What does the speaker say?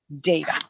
data